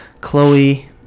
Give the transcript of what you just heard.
Chloe